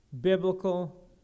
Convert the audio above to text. biblical